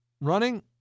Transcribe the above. running